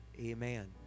amen